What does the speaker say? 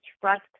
trust